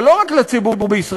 אבל לא רק לציבור בישראל,